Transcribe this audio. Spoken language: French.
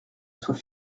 soit